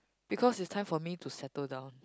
because it's time for me to settle down